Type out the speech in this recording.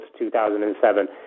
2007